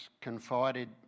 confided